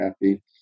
happy